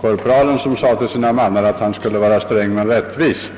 korpralen som sade till sina mannar att han skulle vara sträng men rättvis.